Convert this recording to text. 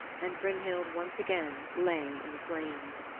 and brynhild once again lay in the flames.